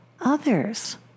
others